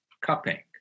cupping